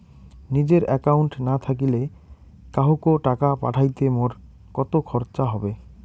নিজের একাউন্ট না থাকিলে কাহকো টাকা পাঠাইতে মোর কতো খরচা হবে?